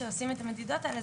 כשעושים את המדידות האלה,